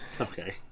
okay